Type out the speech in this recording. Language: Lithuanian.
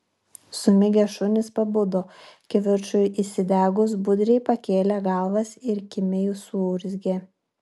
sumigę šunys pabudo kivirčui įsidegus budriai pakėlė galvas ir kimiai suurzgė